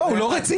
הוא לא רציני.